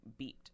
beeped